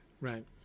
right